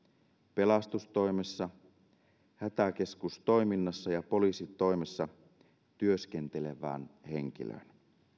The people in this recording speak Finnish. pelastustoimessa hätäkeskustoiminnassa ja poliisitoimessa työskentelevään henkilöön